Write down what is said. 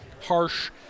harsh